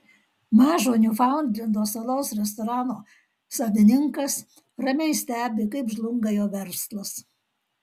mažo niufaundlendo salos restorano savininkas ramiai stebi kaip žlunga jo verslas